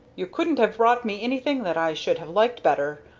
you couldn't have brought me anything that i should have liked better,